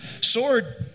sword